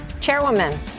Chairwoman